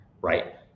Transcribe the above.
right